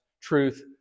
truth